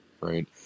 right